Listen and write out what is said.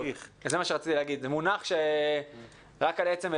זה מונח שרק על עצם היותו אני מלין.